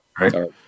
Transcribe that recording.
Right